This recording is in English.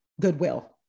goodwill